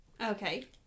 Okay